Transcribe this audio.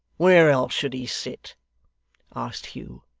where else should he sit asked hugh,